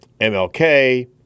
MLK